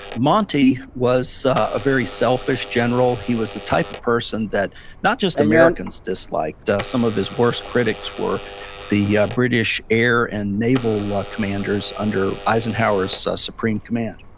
monty was a very selfish general. he was a type of person that not just americans disliked. some of his worst critics were the british air and navel like commanders under eisenhower's supreme command.